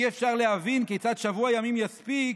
אי-אפשר להבין כיצד שבוע ימים יספיק,